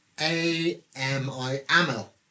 A-M-I-A-M-L